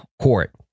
court